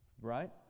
Right